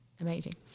Amazing